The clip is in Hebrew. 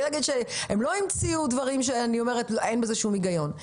הם לא המציאו דברים שאין בהם שום היגיון.